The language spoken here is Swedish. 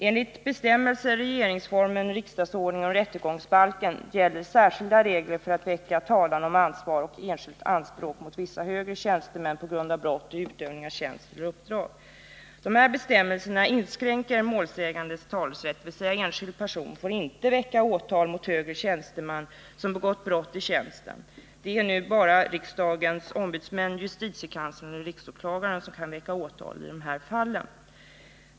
Enligt bestämmelser i regeringsformen, riksdagsordningen och rättegångsbalken gäller särskilda regler för att väcka talan om ansvar och enskilt anspråk mot vissa högre tjänstemän på grund av brott i utövning av tjänst eller uppdrag. Dessa bestämmelser inskränker målsägandes talerätt, dvs. enskild person får inte väcka åtal mot högre tjänsteman som har begått brott i tjänsten. Det är nu bara riksdagens ombudsmän, justitiekanslern och riksåklagaren som kan väcka åtal i de här fallen.